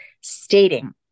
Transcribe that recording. stating